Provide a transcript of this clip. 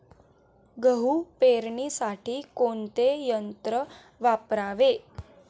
गहू पेरणीसाठी कोणते यंत्र वापरावे?